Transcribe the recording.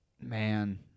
man